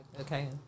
okay